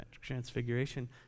transfiguration